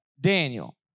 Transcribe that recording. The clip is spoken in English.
Daniel